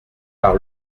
par